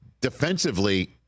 defensively